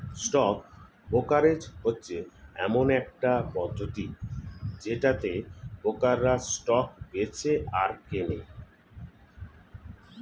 stock brokerage হচ্ছে এমন একটা পদ্ধতি যেটাতে ব্রোকাররা স্টক বেঁচে আর কেনে